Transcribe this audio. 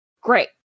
Great